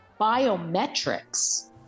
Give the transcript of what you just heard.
biometrics